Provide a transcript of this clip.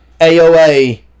AOA